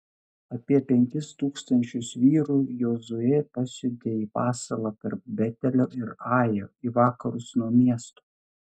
apie penkis tūkstančius vyrų jozuė pasiuntė į pasalą tarp betelio ir ajo į vakarus nuo miesto